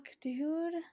Dude